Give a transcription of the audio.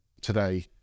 today